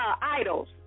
idols